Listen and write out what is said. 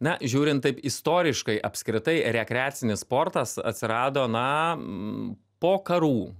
na žiūrint taip istoriškai apskritai rekreacinis sportas atsirado na po karų